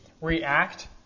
react